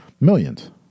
Millions